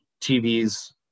TVs